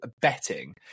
betting